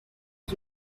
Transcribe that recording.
est